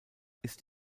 ist